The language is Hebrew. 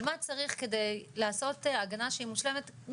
של מה צריך כדי לעשות מערכת הגנה שהיא מושלמת,